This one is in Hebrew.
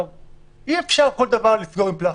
אי אפשר כל דבר לסגור עם פלסטר,